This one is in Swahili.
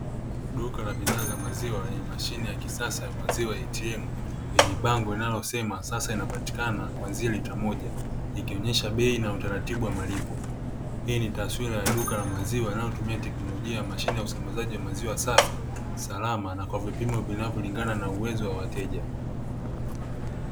Duka la bidhaa za maziwa yenye mashine ya kisasa ya maziwa ATM yenye bango linalosema sasa inapatikana kwanzia lita moja ikionyesha bei na utaratibu wa malipo, hii ni taswira ya duka la maziwa inayotumia teknolojia ya mashine ya usambazaji wa maziwa safi, salama na kwa vipimo vinavyolingana na uwezo wa wateja.